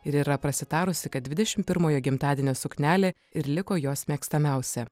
ir yra prasitarusi kad dvidešimt pirmojo gimtadienio suknelė ir liko jos mėgstamiausia